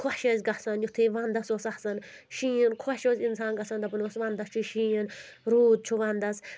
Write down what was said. خۄش ٲسۍ گژھان یُتھُے وَنٛدَس اوس آسَان شیٖن خۄش اوس اِنسان گژھان دَپَان اوس وَندَس چھُ شیٖن روٗد چھُ وَندَس